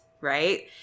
right